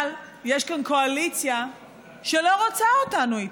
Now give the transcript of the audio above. אבל יש כאן קואליציה שלא רוצה אותנו איתה.